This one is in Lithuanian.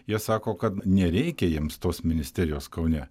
jie sako kad nereikia jiems tos ministerijos kaune